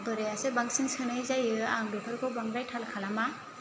बोरायासो बांसिन सोनाय जायो आं बेफोरखौ बांद्राय थाल खालामा